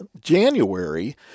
January